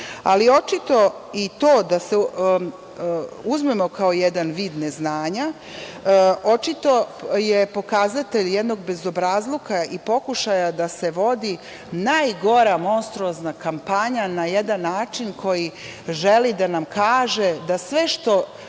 Vlade. Da to uzmemo kao jedan vid neznanja, očito je to pokazatelj jednog bezobrazluka i pokušaj da se vodi najgora monstruozna kampanja na jedan način kojim želi da nam kaže da sve što